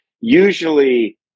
Usually